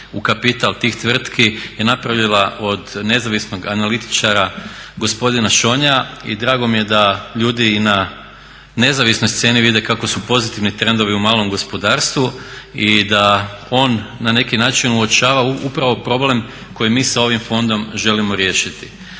u kapital tih tvrtki je napravila od nezavisnog analitičara gospodina Šonja i drago mi je da ljudi na nezavisnoj sceni vide kako su pozitivni trendovi u malom gospodarstvu i da on na neki način uočava upravo problem koji mi sa ovim fondom želimo riješiti.